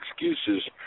excuses